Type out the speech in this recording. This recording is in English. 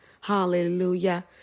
hallelujah